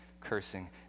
cursing